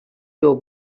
your